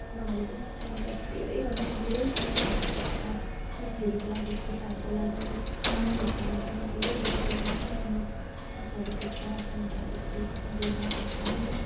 नभनेको त्यहाँबाट धेरै भन्दा धेरै सनग्लासेसहरू छ केटीहरूको लागि केटाहरूको लागि नानीहरूको लागि धेरै धेरै धेरै राम्रो राम्रो अफरहरू छ सनग्लासेसको त्यहाँ गएर एकदम